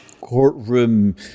courtroom